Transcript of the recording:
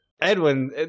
Edwin